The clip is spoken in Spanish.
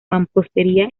mampostería